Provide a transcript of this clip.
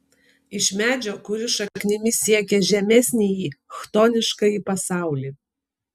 iš medžio kuris šaknimis siekia žemesnįjį chtoniškąjį pasaulį